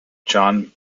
john